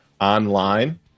online